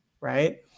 Right